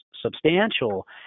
substantial